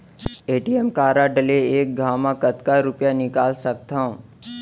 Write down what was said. ATM card ले एक घव म कतका रुपिया निकाल सकथव?